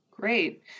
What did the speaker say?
Great